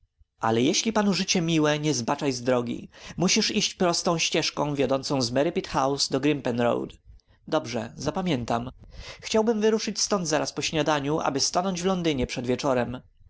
ale jeśli panu życie miłe nie zbaczaj z drogi musisz iść prosto ścieżką wiodącą z merripit house do grimpen road dobrze zapamiętam chciałbym wyruszyć stąd zaraz po śniadaniu aby stanąć w londynie przed wieczorem